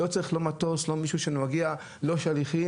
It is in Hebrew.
לא צריך לא מטוס ולא מישהו שמגיע, לא שליחים.